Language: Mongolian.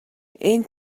энэ